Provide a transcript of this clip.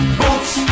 boots